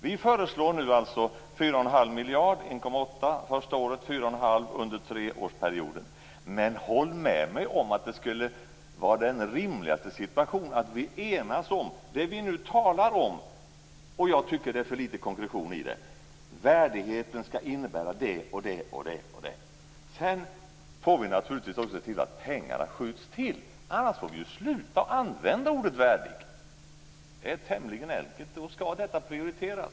Vi föreslår alltså 4 1⁄2 miljarder under en treårsperiod, varav 1,8 miljarder det första året. Men håll med mig om att den mest rimliga situationen borde vara att vi nu enas om - dvs. det vi nu talar om och som jag tycker att det är för litet konkretion i - att värdigheten skall innehålla det och det och det. Sedan får vi naturligtvis också se till att pengarna skjuts till - annars får vi sluta använda ordet värdighet. Det är tämligen enkelt.